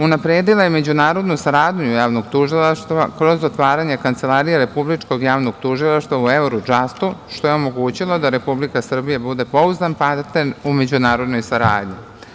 Unapredila je međunarodnu saradnju Javnog tužilaštva kroz otvaranje Kancelarije Republičkog javnog tužilaštva u Eurodžastu, što je omogućilo da Republika Srbija bude pouzdan partner u međunarodnoj saradnji.